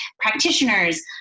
practitioners